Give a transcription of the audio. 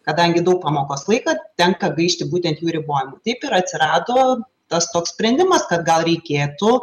kadangi daug pamokos laiko tenka gaišti būtent jų ribojimui taip ir atsirado tas toks sprendimas kad gal reikėtų